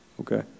Okay